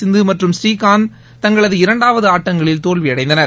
சிந்து மற்றம் புரீகாந்த் தங்களது இரண்டாவது ஆட்டங்களில் தோல்வி அடைந்தனர்